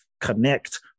Connect